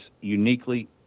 uniquely